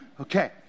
Okay